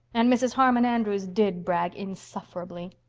and mrs. harmon andrews did brag insufferably.